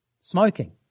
Smoking